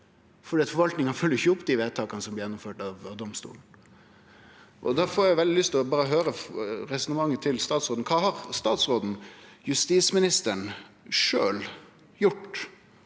for forvaltninga følgjer jo ikkje opp dei vedtaka som blir gjennomførte av domstolen. Da får eg veldig lyst til å høyre resonnementet til statsråden: Kva har statsråden, justisministeren, sjølv gjort